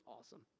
awesome